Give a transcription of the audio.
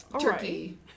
turkey